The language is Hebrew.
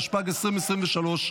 התשפ"ד 2024,